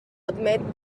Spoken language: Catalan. admet